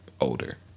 older